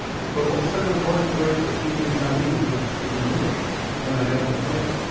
but what's the concordance rate for speaking chinese versus speaking english in identical twins?